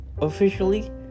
officially